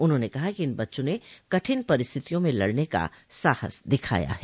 उन्होंने कहा कि इन बच्चों ने कठिन परिस्थितियों में लड़ने का साहस दिखाया है